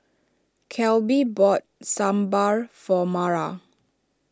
Kelby bought Sambar for Mara